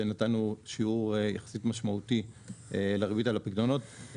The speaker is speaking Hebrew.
ונתנו שיעור יחסית משמעותי לריבית על הפיקדונות,